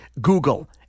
Google